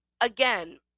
again